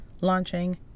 launching